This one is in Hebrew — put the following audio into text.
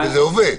וזה עובד.